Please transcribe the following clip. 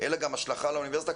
אלא גם השלכה על האוניברסיטה.